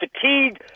fatigued